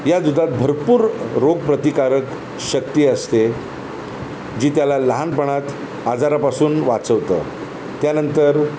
या दुधात भरपूर रोग प्रतिकारक शक्ती असते जी त्याला लहानपणात आजारापासून वाचवतं त्यानंतर